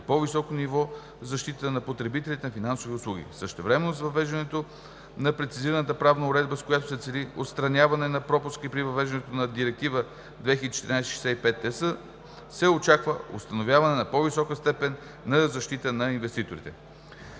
по-високо ниво в защита на потребителите на финансови услуги. Същевременно с въвеждането на прецизираната правна уредба, с която се цели отстраняване на пропуски при въвеждането на Директива 2014/65/ЕС, се очаква установяване на по-висока степен на защита на инвеститорите.